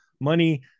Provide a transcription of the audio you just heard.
money